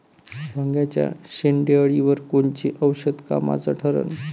वांग्याच्या शेंडेअळीवर कोनचं औषध कामाचं ठरन?